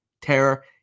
terror